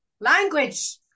Language